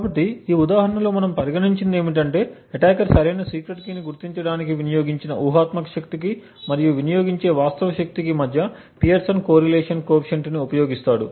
కాబట్టి ఈ ఉదాహరణలో మనము పరిగణించినది ఏమిటంటే అటాకర్ సరైన సీక్రెట్ కీ ని గుర్తించడానికి వినియోగించిన ఊహాత్మక శక్తికి మరియు వినియోగించే వాస్తవ శక్తికి మధ్య Pearson correlation coefficient Pearson's correlation coefficient ని ఉపయోగిస్తాడు